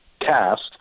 cast